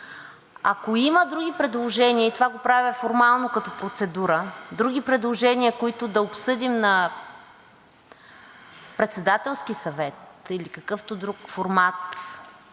Ако има други предложения, и това го правя формално като процедура, които да обсъдим на Председателски съвет, или какъвто друг формат